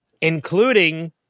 Including